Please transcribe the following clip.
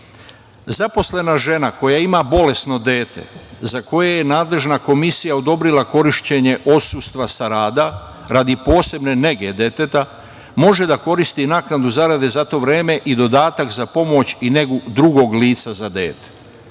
zarade. Zaposlena žena koja ima bolesno dete za koje je nadležna komisija odobrila korišćene odsustva sa rada radi posebne nege deteta može da koristi naknadu zarade za to vreme i dodatak za pomoć i negu drugog lica za dete.